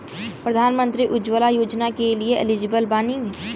प्रधानमंत्री उज्जवला योजना के लिए एलिजिबल बानी?